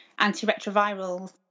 antiretrovirals